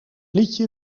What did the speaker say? liedje